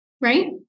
right